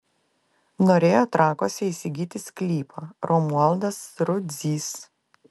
norėjo trakuose įsigyti sklypą romualdas rudzys